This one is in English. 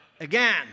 again